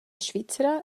svizra